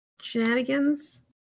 shenanigans